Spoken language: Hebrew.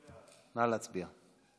נא להצביע.